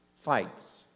fights